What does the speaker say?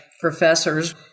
professors